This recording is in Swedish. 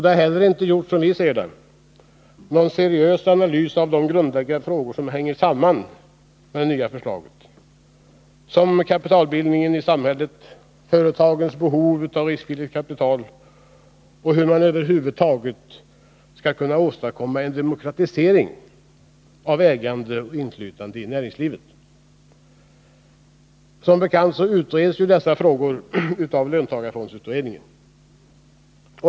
Det har heller inte gjorts — som vi ser det — någon seriös analys av de grundläggande frågor som hänger samman med det nya förslaget. Det gäller kapitalbildningen i samhället, företagens behov av riskvilligt kapital och frågan hur man över huvud taget skall kunna åstadkomma en demokratisering av ägande och inflytande i näringslivet. Som bekant utreds dessa frågor av löntagarfondsutredningen.